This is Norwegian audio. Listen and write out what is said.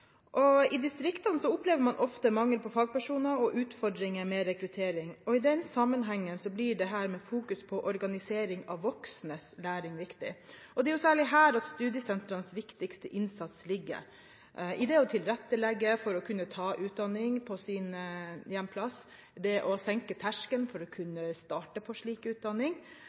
I distriktene opplever man ofte mangel på fagpersoner og utfordringer med rekruttering. I den sammenheng blir det å fokusere på organisering av voksnes læring viktig. Det er særlig her studiesentrenes viktigste innsats ligger – det å tilrettelegge for å kunne ta utdanning på sitt hjemsted, det å senke terskelen for å kunne starte på en slik utdanning.